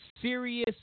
serious